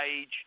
age